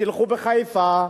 תלכו בחיפה,